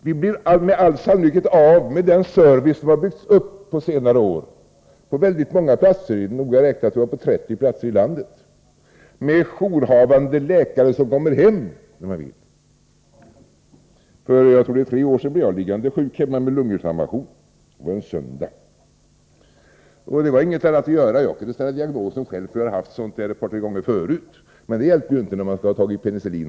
Vi blir med all sannolikhet av med den service som under senare år har byggts upp på många ställen — noga räknat 30 platser, tror jag — med jourhavande läkare som kommer hem när man vill. För tre år sedan blev jag liggande sjuk hemma med lunginflammation. Det var en söndag. Jag kunde ställa diagnosen själv, för jag har råkat ut för detta ett par tre gånger förut. Men det hjälper inte när man skall ha tag i penicillin.